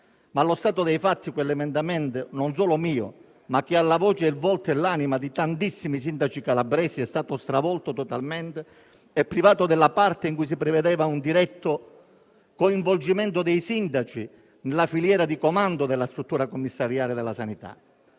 Allo stato dei fatti però tale emendamento - non solo mio perché ha la voce, il volto e l'anima di tantissimi sindaci calabresi - è stato stravolto totalmente e privato della parte in cui si prevedeva un diretto coinvolgimento dei sindaci nella filiera di comando della struttura commissariale della sanità.